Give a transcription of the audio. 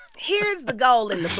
here's the goal in the book.